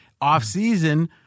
Off-season